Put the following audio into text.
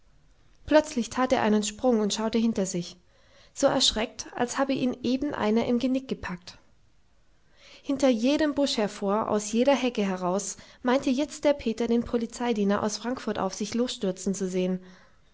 plötzlich tat er einen sprung und schaute hinter sich so erschreckt als habe ihn eben einer im genick gepackt hinter jedem busch hervor aus jeder hecke heraus meinte jetzt der peter den polizeidiener aus frankfurt auf sich losstürzen zu sehen